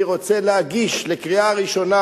אני רוצה להגיש לקריאה ראשונה